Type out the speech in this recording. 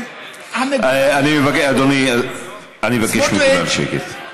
אני מבקש מכולם שקט.